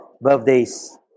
Birthdays